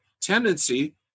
tendency